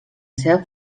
seva